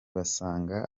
basanga